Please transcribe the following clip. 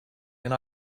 and